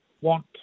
want